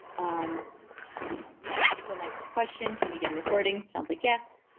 um the next question, can we get a recording? sounds like yes.